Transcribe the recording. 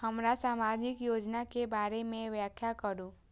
हमरा सामाजिक योजना के बारे में व्याख्या करु?